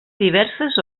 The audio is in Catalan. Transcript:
diverses